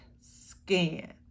skin